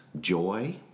joy